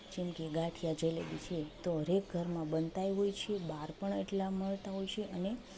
જેમ કે ગાંઠિયા જલેબી છે તો હરએક ઘરમાં બનતાએ હોય છે બહાર પણ એટલા મળતા હોય છે અને